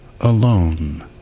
...alone